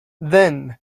then